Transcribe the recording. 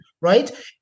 right